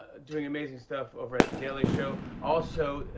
doing amazing stuff over at the daily show. also,